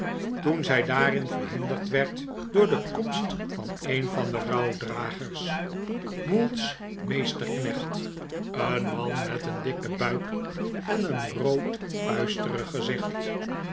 toen zij daarin verhinderd werd door de komst van een van de rouwdragers mould's meesterknecht een man met een dikken buik en een rood puisterig gezicht